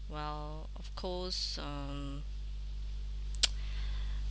well of course um